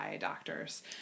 doctors